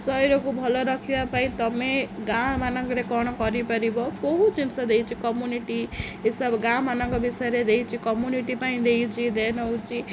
ଶରୀରକୁ ଭଲ ରଖିବା ପାଇଁ ତମେ ଗାଁ ମାନଙ୍କରେ କ'ଣ କରିପାରିବ କେଉଁ ଜିନିଷ ଦେଇଛି କମ୍ୟୁନିଟି ଏସବୁ ଗାଁମାନଙ୍କ ବିଷୟରେ ଦେଇଛି କମ୍ୟୁନିଟି ପାଇଁ ଦେଇଛି ଦେନ୍ ହେଉଛି